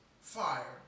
fire